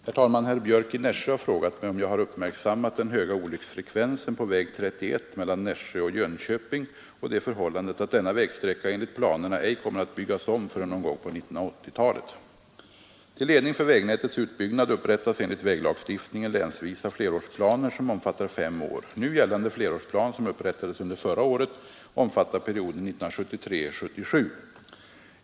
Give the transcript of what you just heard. Herr talman! Herr Björck i Nässjö har frågat mig om jag har uppmärksammat den höga olycksfrekvensen på väg 31 mellan Nässjö och Jönköping och det förhållandet att denna vägsträcka enligt planerna ej kommer att byggas om förrän någon gång på 1980-talet. Till ledning för vägnätets utbyggnad upprättas enligt väglagstiftningen länsvisa flerårsplaner som omfattar fem år. Nu gällande flerårsplan, som upprättades under förra året, omfattar perioden 1973—1977.